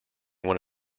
one